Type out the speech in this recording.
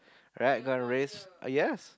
rat gonna race uh yes